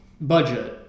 Budget